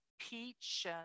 peach